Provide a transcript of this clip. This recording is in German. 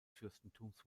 fürstentums